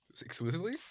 exclusively